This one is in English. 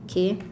okay